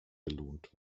belohnt